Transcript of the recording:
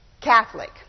Catholic